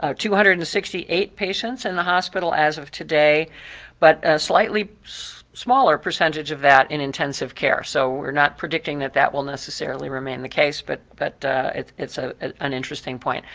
two hundred and sixty eight patients in the hospital as of today but slightly smaller percentage of that in intensive care. so we're not protecting that that will necessarily remain the case, but but it's it's ah ah an interesting point.